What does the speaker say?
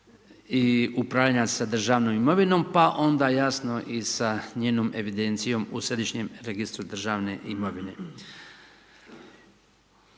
i upravljanja sa državnom imovinom pa onda jasno i sa njenom evidencijom u središnjem registru državne imovine.